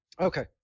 Okay